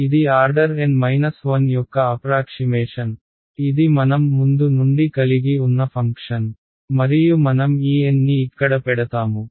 ఇది order N 1 యొక్క approximation ఇది మనం ముందు నుండి కలిగి ఉన్న ఫంక్షన్ మరియు మనం ఈ N ని ఇక్కడ పెడతాము